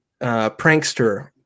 prankster